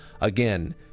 again